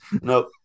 Nope